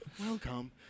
Welcome